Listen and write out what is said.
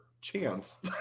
chance